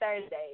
Thursday